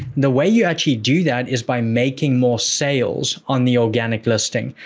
the way you actually do that is by making more sales on the organic listing.